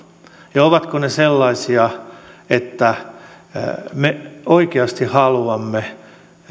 ja ovatko ne sellaisia että me oikeasti haluamme